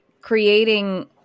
creating